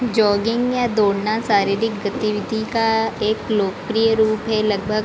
jogging या दौड़ना शारीरिक गतिविधि का एक लोकप्रिय रूप है लगभग